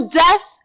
death